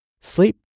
sleep